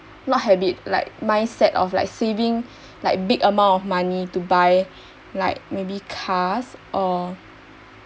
not habit like mindset of like saving like big amount of money to buy like maybe cars or